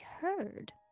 heard